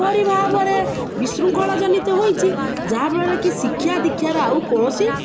ପରି ଭାବରେ ବିଶୃଙ୍ଖଳ ଜନିତ ହୋଇଛି ଯାହାଫଳରେ କି ଶିକ୍ଷା ଦୀକ୍ଷାର ଆଉ କୌଣସି